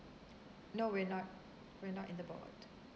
no we're not we are not in the board